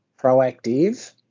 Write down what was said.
proactive